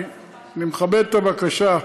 אני מכבד את הבקשה.